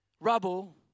rubble